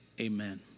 amen